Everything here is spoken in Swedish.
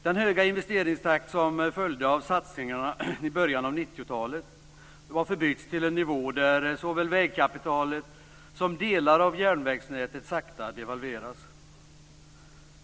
Den höga investeringstakt som följde av satsningarna i början av 90-talet har förbytts till en nivå där såväl vägkapitalet som delar av järnvägsnätet sakta devalveras.